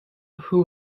who